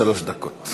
שלוש דקות.